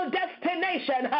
destination